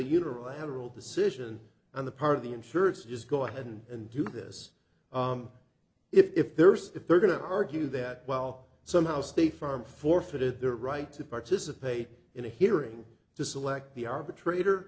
unilateral decision on the part of the insurance just go ahead and do this if there's if they're going to argue that well somehow state farm forfeited their right to participate in a hearing to select the arbitrator